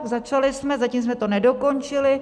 Začali jsme, zatím jsme to nedokončili.